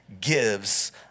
gives